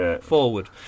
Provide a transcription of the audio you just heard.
forward